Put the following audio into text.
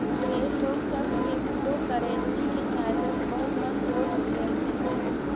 ढेर लोग सब क्रिप्टोकरेंसी के सहायता से बहुत धन जोड़ लेलथिन हे